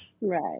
right